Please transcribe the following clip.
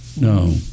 No